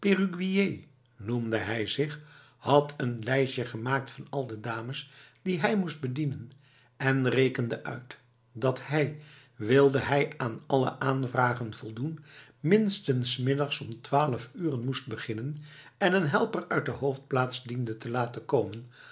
noemde hij zich had een lijstje gemaakt van al de dames die hij moest bedienen en rekende uit dat hij wilde hij aan alle aanvragen voldoen minstens s middags om twaalf uren moest beginnen en een helper uit de hoofdplaats diende te laten komen